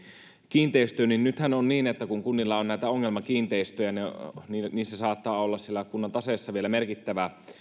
kiinteistöihin nythän on niin että kun kunnilla on näitä ongelmakiinteistöjä niillä saattaa olla siellä kunnan taseessa vielä merkittävä